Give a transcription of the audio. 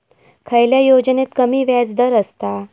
खयल्या योजनेत कमी व्याजदर असता?